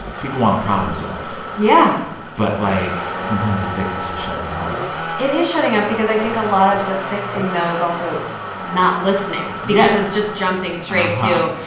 people want to problem-solve yeah but, like, sometimes, the fix is just shutting up it is shutting up because i think a lot of the fixing, though, is also not listening. yes. because it's just jumping straight to,